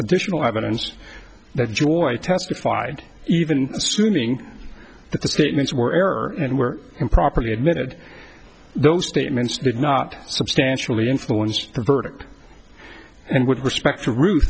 additional evidence that july testified even assuming that the statements were error and were improperly admitted those statements did not substantially influenced the verdict and with respect to rut